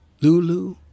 Lulu